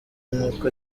nk’uko